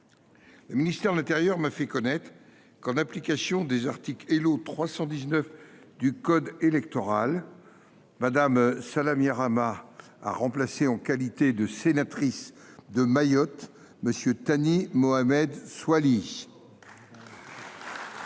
le ministère de l’intérieur m’a fait connaître que, en application de l’article L.O. 319 du code électoral, Mme Salama Ramia a remplacé, en qualité de sénatrice de Mayotte, M. Thani Mohamed Soilihi et